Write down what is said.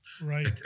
Right